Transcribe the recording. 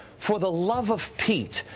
for the love of pete,